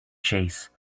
chase